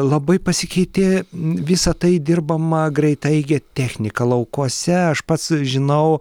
labai pasikeitė visa tai dirbama greitaeige technika laukuose aš pats žinau